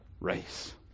race